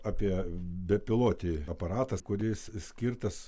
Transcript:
apie bepilotį aparatą kuris skirtas